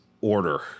Order